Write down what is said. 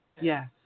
Yes